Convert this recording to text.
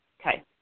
Okay